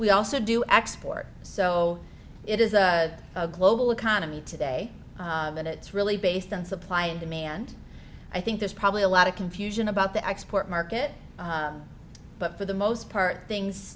we also do export so it is a global economy today and it's really based on supply and demand i think there's probably a lot of confusion about the export market but for the most part things